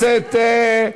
אמרתי לתת גם,